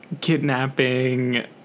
kidnapping